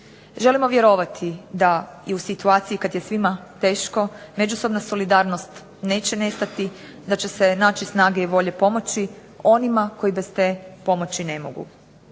Želimo vjerovati da i u situaciji kad je svima teško međusobna solidarnost neće nestati, da će se naći snage i volje pomoći onima koji bez te pomoći ne mogu.